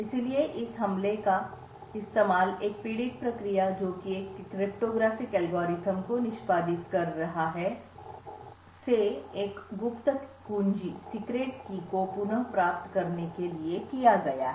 इसलिए इस हमले का इस्तेमाल एक पीड़ित प्रक्रियाजो एक क्रिप्टोग्राफिक एल्गोरिथ्म को निष्पादित कर रहा है से एक गुप्त कुंजी को पुनः प्राप्त करने के लिए किया गया है